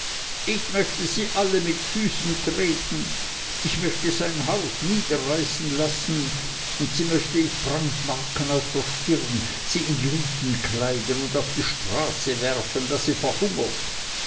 ich möchte sie alle mit füßen treten ich möchte sein haus niederreißen lassen und sie möchte ich brandmarken auf der stirne sie in lumpen kleiden und auf die straße werfen daß sie verhungert